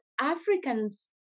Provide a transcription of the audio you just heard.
Africans